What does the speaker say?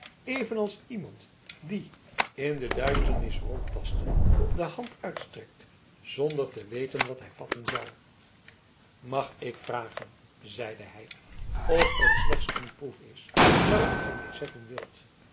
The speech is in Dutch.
evenals iemand die in de duisternis rondtastende de hand uitstrekt zonder te weten wat hij vatten zal mag ik vragen zeide hij of het slechts een proef is waarop gij mij zetten wilt